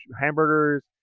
hamburgers